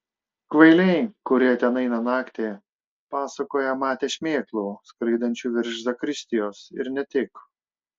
kvailiai kurie ten eina naktį pasakoja matę šmėklų skraidančių virš zakristijos ir ne tik